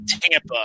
Tampa